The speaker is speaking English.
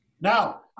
Now